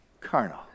carnal